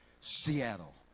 Seattle